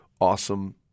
awesome